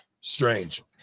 strange